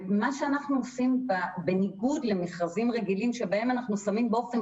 מה שאנחנו עושים פה בניגוד למכרזים רגילים שבהם אנחנו שמים באופן